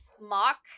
mock